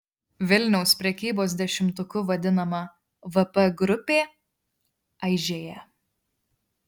vilniaus prekybos dešimtuku vadinama vp grupė aižėja